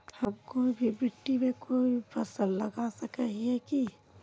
हम कोई भी मिट्टी में कोई फसल लगा सके हिये की?